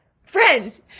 Friends